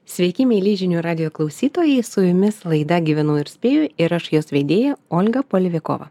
sveiki mieli žinių radijo klausytojai su jumis laida gyvenu ir spėju ir aš jos vedėja olga palivikova